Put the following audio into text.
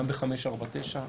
גם ב-549,